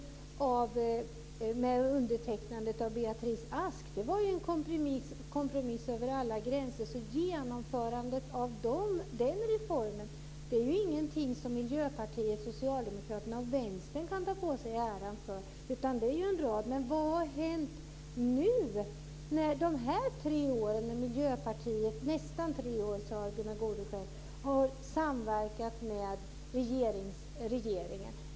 Den undertecknades av Beatrice Ask. Den var en kompromiss över alla gränser. Genomförandet av den reformen är ingenting som Miljöpartiet, Socialdemokraterna och Vänstern kan ta på sig äran av. Vad har hänt nu under dessa nästan tre år som Miljöpartiet har samverkat med regeringen?